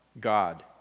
god